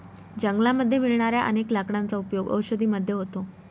जंगलामध्ये मिळणाऱ्या अनेक लाकडांचा उपयोग औषधी मध्ये होतो